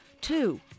two